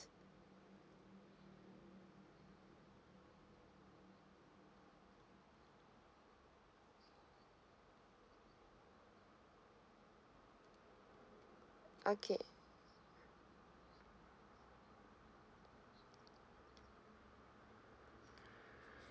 okay